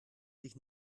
dich